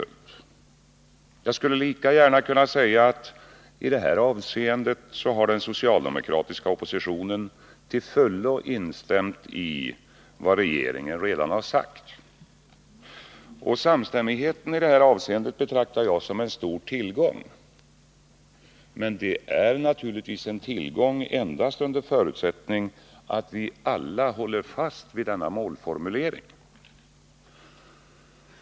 Jag skulle lika gärna kunna säga att den socialdemokratiska oppositionen genom detta uttalande till fullo instämt i vad regeringen i det här avseendet redan har sagt. Samstämmigheten i det här avseendet betraktar jag som en stor tillgång. Men den är naturligtvis en tillgång endast under förutsättning att vi alla håller fast vid denna målformulering.